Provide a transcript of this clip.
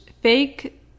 fake